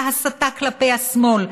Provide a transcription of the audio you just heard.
ההסתה כלפי השמאל,